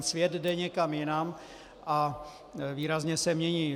Svět jde někam jinam a výrazně se mění.